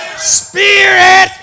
Spirit